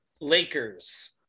Lakers